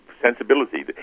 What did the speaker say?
sensibility